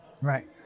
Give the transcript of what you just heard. Right